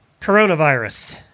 coronavirus